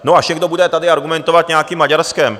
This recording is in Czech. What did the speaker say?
No, až někdo bude tady argumentovat nějakým Maďarskem.